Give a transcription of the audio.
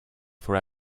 for